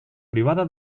privada